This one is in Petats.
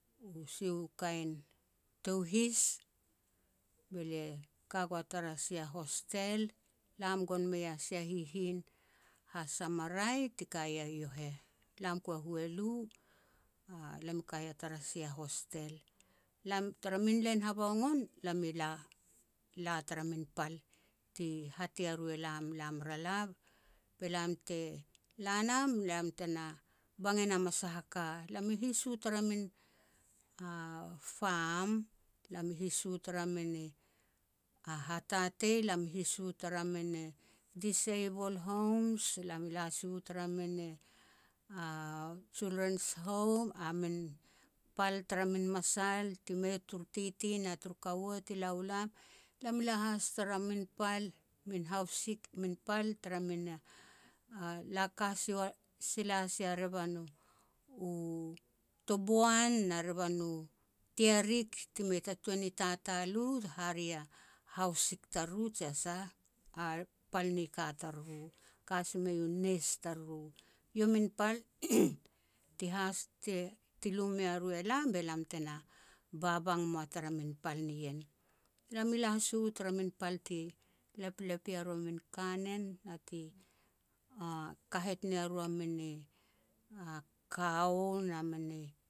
U sia u kain tou his, be lia ka nouk tara sia hostel, lam gon mei a sia hihin ha Samarai tika ia yo heh, lam ku a hualu, lam i kaia tara sia hostel. Lam, tara min len hobaongon lam i la-la tara min pal tihat ia ru lam, lam ra la be lam te la nam tena bang enam a sah a ka. Elam i his u tara min farm, lam i his u tara min hatatei, lam i his u tara mini disable homes, lam i la si u tara min i a childrens home, a min pal tara min masal ti mei turu titi na turu kuau ti la u lam. Lam i la has tara min pal, min hausik min pal tara min, laka si- sila sia revan u-u tobuan na revan u tearik ti mei ta tuan ni tatal u hare a haus sik tariru jia sah a pal ni ka tariru, ka si mei u nes tariru. Eiau min pal ti has ti-ti lui mea ru elam be lam tena babang mua tara min pal nien. Lam i la si u tara min pal ti leplep ia ru a min kanen na ti kahet nia ru a mini kau na mini